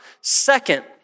Second